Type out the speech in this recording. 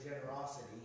generosity